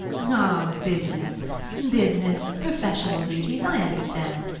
ah, business business professional duties. i understand.